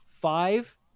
Five